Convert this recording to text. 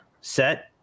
set